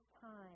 time